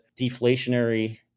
deflationary